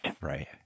Right